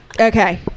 Okay